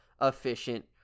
efficient